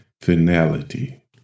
finality